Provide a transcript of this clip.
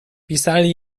pisali